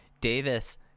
Davis